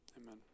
Amen